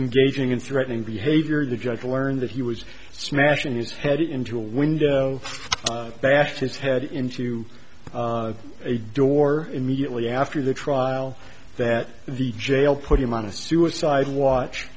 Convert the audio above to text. engaging in threatening behavior the judge learned that he was smashing his head into a window bashed his head into a door immediately after the trial that the jail put him on a suicide watch